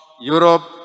Europe